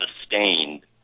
sustained